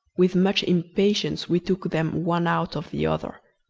with much impatience we took them one out of the other.